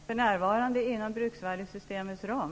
Fru talman! För närvarande inom bruksvärdessystemets ram.